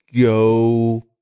go